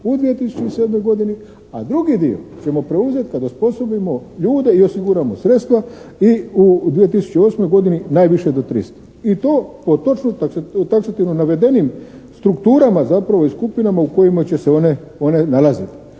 u 2007. godini, a drugi dio ćemo preuzeti kad osposobimo ljude i osiguramo sredstva i u 2008. godini najviše do 300 i to pod točkom taksativno navedenim strukturama zapravo i skupinama u kojima će se one nalaziti,